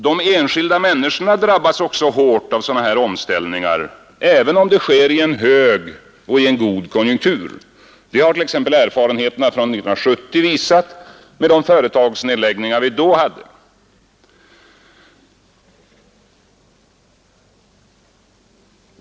De enskilda människorna drabbas också hårt av sådana här omställningar, även om det sker i en hög och god konjunktur. Det har t.ex. erfarenheterna från 1970 visat med de företagsnedläggningar vi då hade.